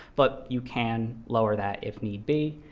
but you can lower that if need be.